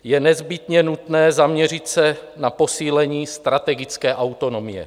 Je nezbytně nutné zaměřit se na posílení strategické autonomie.